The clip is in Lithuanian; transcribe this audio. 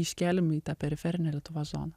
iškėlėm į tą periferinę lietuvos zoną